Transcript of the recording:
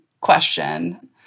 question